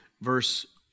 verse